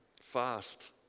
fast